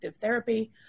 therapy